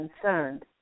concerned